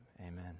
amen